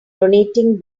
donating